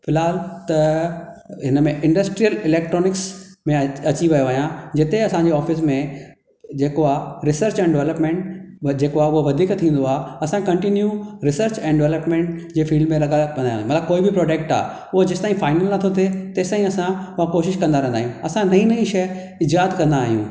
फिलहाल त इन में इंडस्ट्रियल इलेक्ट्रोनिक्स में अची वयो आहियां जिते असांजे ऑफ़िस में जेको आहे रिसर्च एण्ड डेवलपमेंट उहो जेको आहे वधीक थींदो आहे असां कन्टीन्यू रिसर्च एण्ड डेवलपमेंट जे फ़ील्ड में लॻा पिया आहियूं या कोई बि प्रोडक्ट आहे उहो जेसिताईं फाइनलु नथो थिए तेसिताईं असां उहा कोशिश कंदा रहंदा आहियूं असां नईं नईं शइ ईजाद कंदा आहियूं